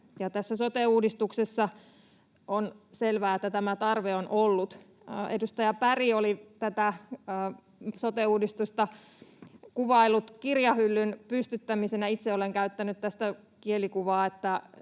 sote-uudistuksessa on selvää, että tämä tarve on ollut. Edustaja Berg oli tätä sote-uudistusta kuvaillut kirjahyllyn pystyttämisenä. Itse olen käyttänyt tästä kielikuvaa,